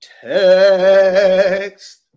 text